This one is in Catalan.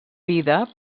vida